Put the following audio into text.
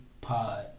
pod